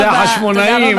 זה החשמונאים,